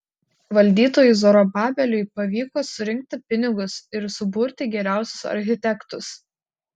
valdytojui zorobabeliui pavyko surinkti pinigus ir suburti geriausius architektus